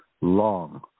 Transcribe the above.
Long